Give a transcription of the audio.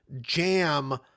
jam